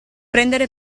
prendere